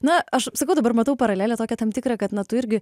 na aš sakau dabar matau paralelę tokią tam tikrą kad na tu irgi